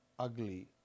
ugly